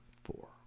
four